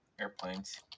airplanes